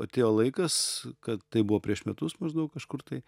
atėjo laikas kad tai buvo prieš metus maždaug kažkur tai